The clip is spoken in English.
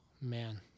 Man